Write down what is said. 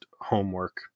homework